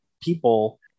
people